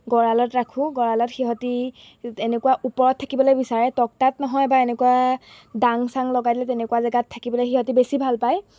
গঁৰালত ৰাখোঁ গঁৰালত সিহঁতে এনেকুৱা ওপৰত থাকিবলে বিচাৰে টকতাত নহয় বা এনেকুৱা ডাং চাং লগাই দিলে তেনেকুৱা জেগাত থাকিবলৈ সিহঁতে বেছি ভাল পায়